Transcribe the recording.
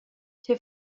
tgei